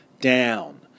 down